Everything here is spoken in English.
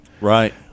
Right